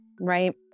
right